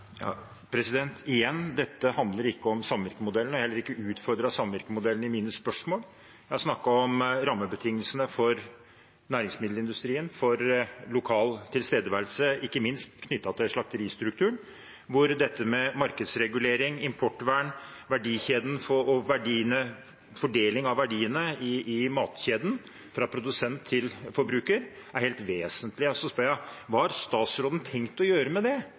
Igjen: Dette handler ikke om samvirkemodellen, og jeg har heller ikke utfordret samvirkemodellen i mine spørsmål. Jeg har snakket om rammebetingelsene for næringsmiddelindustrien, for lokal tilstedeværelse, ikke minst knyttet til slakteristrukturen, hvor dette med markedsregulering, importvern, verdikjeden og fordeling av verdiene i matkjeden fra produsent til forbruker er helt vesentlig. Og så spør jeg: Hva har statsråden tenkt å gjøre med det,